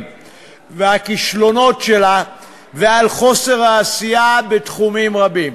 והכישלונות שלה ועל חוסר העשייה בתחומים רבים.